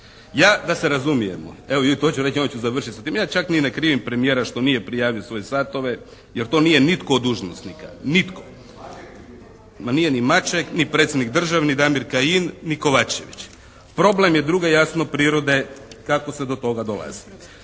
Ja, da se razumijemo. Evo i to ću reći i onda ću završiti s tim. Ja čak ni ne krivim premijera što nije prijavio svoje satove jer to nije nitko od dužnosnika. Nitko. … /Upadica: Maček!/ … Ma nije ni Maček ni predsjednik državni, Damir Kajin ni Kovačević. Problem je druge jasno prirode kako se do toga dolazi.